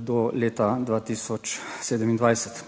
do leta 2027.